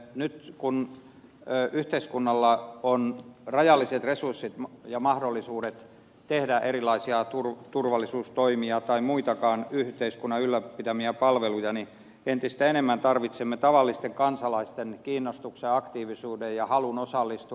nyt kun yhteiskunnalla on rajalliset resurssit ja mahdollisuudet tehdä erilaisia turvallisuustoimia tai muitakaan yhteiskunnan ylläpitämiä palveluja niin entistä enemmän tarvitsemme tavallisten kansalaisten kiinnostuksen aktiivisuuden ja halun osallistua